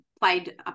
played